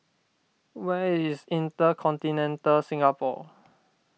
where is Intercontinental Singapore